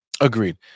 Agreed